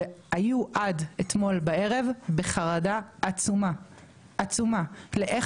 והיו עד אתמול בערב בחרדה עצומה עצומה לאיך